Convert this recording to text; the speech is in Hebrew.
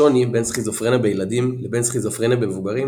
השוני בין סכיזופרניה בילדים לבין סכיזופרניה במבוגרים